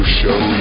show